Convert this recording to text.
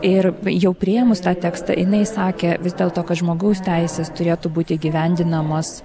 ir jau priėmus tą tekstą jinai sakė vis dėlto kad žmogaus teisės turėtų būti įgyvendinamos